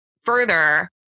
further